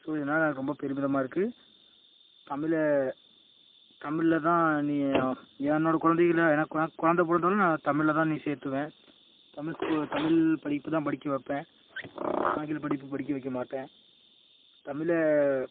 so இதனால் நான் ரொம்ப பெருமிதமாக இருக்கு தமிழை தமிழில் தான் இனி என்னோட குழந்தைகள எனக் எனக் குழந்த பிறந்தோன்னே தமிழில் தான் நான் இனி சேர்த்துவேன் தமிழ் ஸ்கூல் தமிழ் படிப்பு தான் படிக்க வைப்பேன் ஆங்கில படிப்பு படிக்க வைக்கமாட்டேன் தமிழை